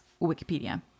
Wikipedia